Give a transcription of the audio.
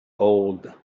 old